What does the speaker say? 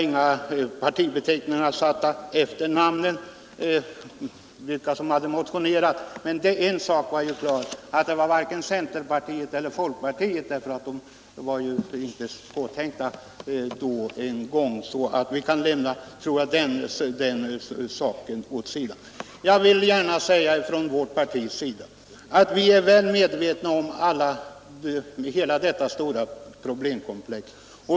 Inga partibeteckningar var utsatta efter motionärernas namn, men en sak är klar, nämligen att de varken kom från centerpartiet eller folkpartiet. Vi kan således lämna den delen av problemet åt sidan. Jag vill gärna säga att vi i vårt parti är väl medvetna om hela detta stora problemkomplex.